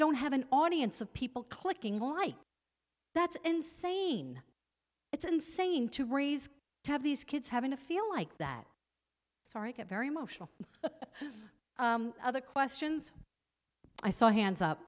don't have an audience of people clicking like that's insane it's insane to raise to have these kids having to feel like that sorry i get very emotional other questions i saw hands up